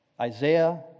Isaiah